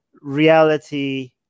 reality